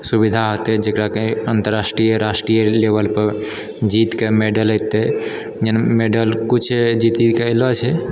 सुविधा हेतै जकराकि अन्तर्राष्ट्रीय राष्ट्रीय लेवलपर जीतके मेडल एतै मेडल कुछ जीतिकऽ अएलो छै